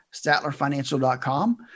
statlerfinancial.com